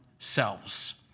selves